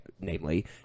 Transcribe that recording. Namely